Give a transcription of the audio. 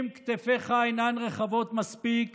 אם כתפיך אינן רחבות מספיק